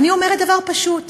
ואני אומרת דבר פשוט: